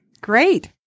Great